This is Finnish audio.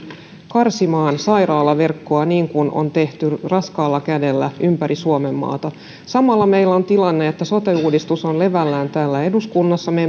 karsimaan sairaalaverkkoa niin kuin on tehty raskaalla kädellä ympäri suomenmaata ja samalla meillä on tilanne että sote uudistus on levällään täällä eduskunnassa me